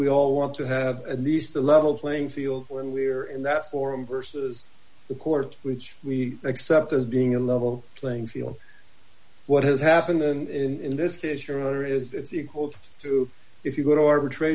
we all want to have at least a level playing field when we are in that forum versus the court which we accept as being a level playing field what has happened in this fish earlier is equal to if you go to arbitra